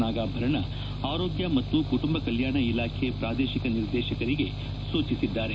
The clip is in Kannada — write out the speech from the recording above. ನಾಗಾಭರಣ ಆರೋಗ್ಯ ಮತ್ತು ಕುಟುಂಬ ಕಲ್ಲಾಣ ಇಲಾಖೆ ಪ್ರಾದೇಶಿಕ ನಿರ್ದೇಶಕರಿಗೆ ಸೂಚಿಸಿದ್ದಾರೆ